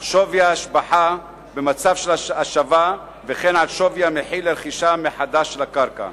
על שווי ההשבחה במצב של השבה וכן על שווי המחיר לרכישה מחדש של הקרקע,